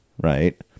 Right